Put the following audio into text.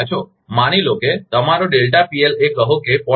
માની લો કે તમારો એ કહો કે 0